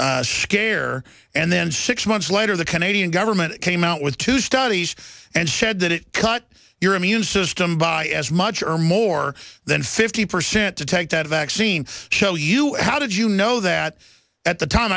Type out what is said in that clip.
one scare and then six months later the canadian government came out with two studies and said that it cut your immune system by as much or more than fifty percent to take that vaccine show you how did you know that at the time